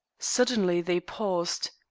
suddenly they paused.